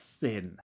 thin